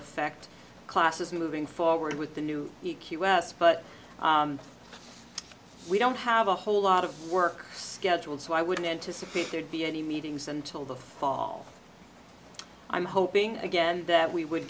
affect classes moving forward with the new e q s but we don't have a whole lot of work schedule so i wouldn't anticipate there'd be any meetings until the fall i'm hoping again that we would